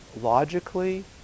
logically